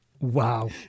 Wow